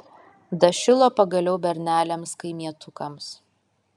dašilo pagaliau berneliams kaimietukams